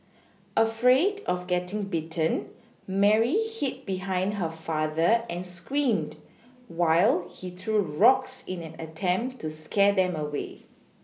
afraid of getting bitten Mary hid behind her father and screamed while he threw rocks in an attempt to scare them away